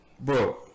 Bro